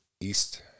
East